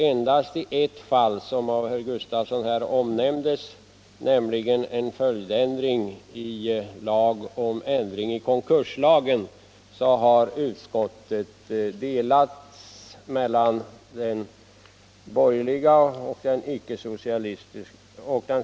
Endast i ett fall, som berörts av herr Gustafsson, nämligen beträffande en följdändring i lag om ändring i konkurslagen har utskottet delats upp i en borgerlig och en socialistisk del.